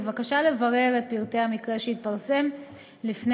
בבקשה לברר את פרטי המקרה שהתפרסם לפני